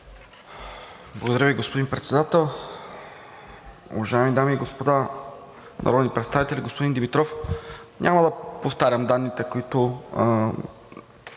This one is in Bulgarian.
Благодаря Ви, господин Председател. Уважаеми дами и господа народни представители, господин Димитров! Няма да повтарям данните, които